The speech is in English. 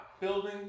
building